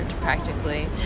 practically